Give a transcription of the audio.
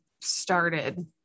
started